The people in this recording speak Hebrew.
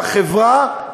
בחברה,